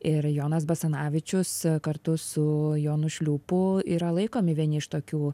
ir jonas basanavičius kartu su jonu šliūpu yra laikomi vieni iš tokių